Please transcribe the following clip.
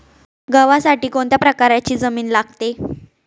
गव्हासाठी कोणत्या प्रकारची जमीन लागते?